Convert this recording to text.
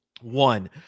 One